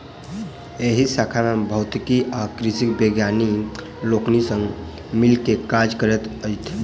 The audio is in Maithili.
एहि शाखा मे भौतिकी आ कृषिक वैज्ञानिक लोकनि संग मिल क काज करैत छथि